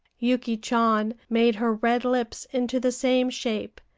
yuki chan made her red lips into the same shape,